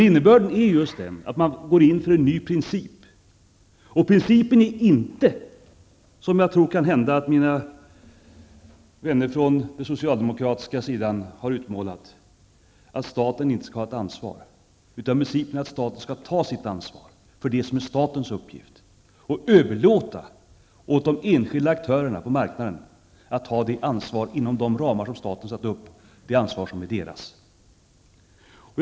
Innebörden är just den att man går in för en ny princip. Och principen är inte, som kan hända mina vänner från den socialdemokratiska sidan har utmålat den, att staten inte skall ha ett ansvar. Principen är att staten skall ta sitt ansvar för det som är statens uppgift och överlåta åt de enskilda aktörerna på marknaden att ta det ansvar som är deras inom de ramar som staten har satt upp.